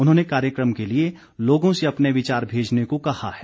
उन्होंने कार्यक्रम के लिए लोगों से अपने विचार भेजने को कहा है